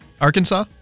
Arkansas